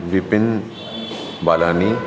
Vipin Balani